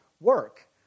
work